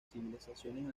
civilizaciones